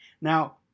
Now